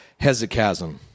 hesychasm